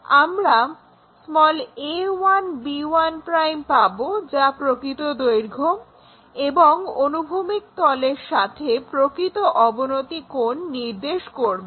আমরা a1b1' পাবো যা প্রকৃত দৈর্ঘ্য এবং অনুভূমিক তলের সাথে প্রকৃত অবনতি কোণ নির্দেশ করবে